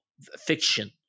fiction